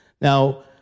Now